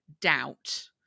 doubt